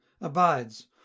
abides